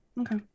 Okay